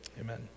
Amen